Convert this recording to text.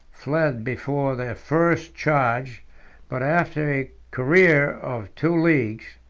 fled before their first charge but after a career of two leagues,